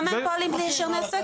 כמה פועלים על פי רישיון עסק?